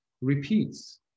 repeats